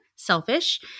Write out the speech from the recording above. selfish